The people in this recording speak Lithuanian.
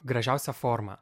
gražiausia forma